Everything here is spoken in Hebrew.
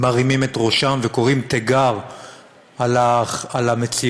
מרימים את ראשם וקוראים תיגר על המציאות